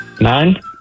nine